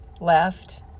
left